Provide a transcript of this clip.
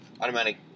automatic